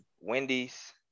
wendy's